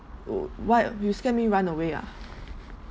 wh~ why you scared me run away ah